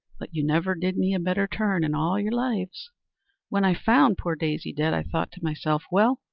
but you never did me a better turn in all your lives when i found poor daisy dead, i thought to myself, well,